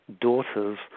daughters